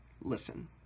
listen